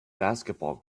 basketball